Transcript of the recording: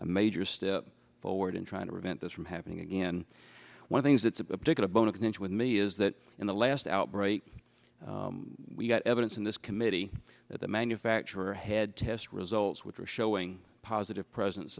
a major step forward in trying to prevent this from happening again when things it's a particular bone of contention with me is that in the last outbreak we got evidence in this committee that the manufacturer had test results which were showing positive presence